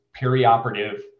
perioperative